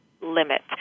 limit